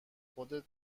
خودت